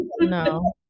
No